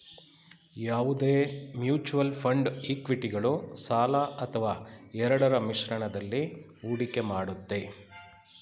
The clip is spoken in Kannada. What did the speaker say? ಯಾವುದೇ ಮ್ಯೂಚುಯಲ್ ಫಂಡ್ ಇಕ್ವಿಟಿಗಳು ಸಾಲ ಅಥವಾ ಎರಡರ ಮಿಶ್ರಣದಲ್ಲಿ ಹೂಡಿಕೆ ಮಾಡುತ್ತೆ